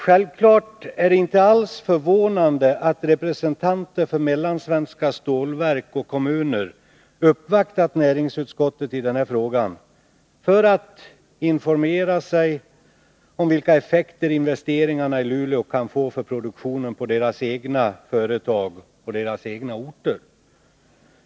Självfallet är det inte alls förvånande att representanter för mellansvenska stålverk och kommuner har uppvaktat näringsutskottet i den här frågan för 173 att informera sig om vilka effekter investeringarna i Luleå kan få för produktionen på deras egna företag och orter.